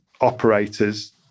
operators